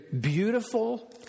beautiful